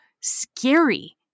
scary